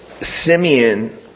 Simeon